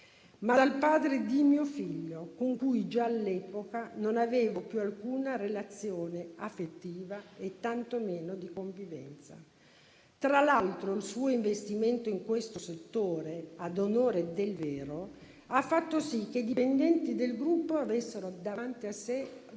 ma dal padre di mio figlio, con cui già all'epoca non avevo più alcuna relazione affettiva e tanto meno di convivenza. Tra l'altro, il suo investimento in questo settore, ad onore del vero, ha fatto sì che i dipendenti del gruppo avessero davanti a sé